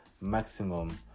maximum